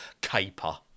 caper